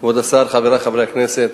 כבוד השר, חברי חברי הכנסת,